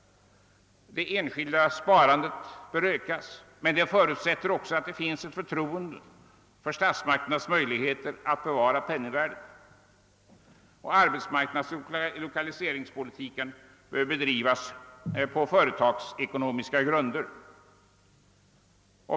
Det enskilda sparandet bör ökas, men detta förutsätter också att det finns ett förtroende för statsmakternas möjligheter att bevara penningvärdet. Arbetsmarknadsoch lokaliseringspolitiken bör bedrivas på företagsekonomiska grunder.